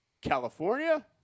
California